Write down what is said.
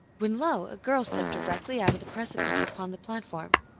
when lo! a girl stepped directly out of the precipice upon the plat form.